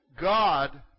God